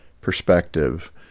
perspective